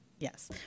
Yes